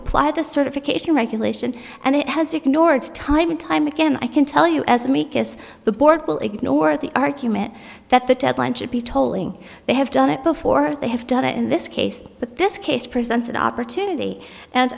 apply the certification regulation and it has ignored time and time again i can tell you as micus the board will ignore the argument that the deadline should be tolling they have done it before they have done it in this case but this case presents an opportunity and